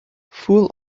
full